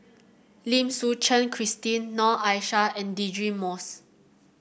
Lim Suchen Christine Noor Aishah and Deirdre Moss